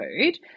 food